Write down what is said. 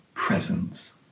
Presence